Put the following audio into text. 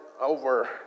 over